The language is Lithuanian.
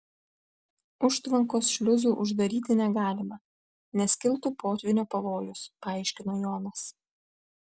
užtvankos šliuzų uždaryti negalima nes kiltų potvynio pavojus paaiškino jonas